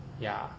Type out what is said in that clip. yeah